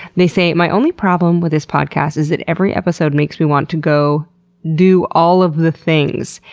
they say, my only problem with this podcast is that every episode makes me want to go do all of the things,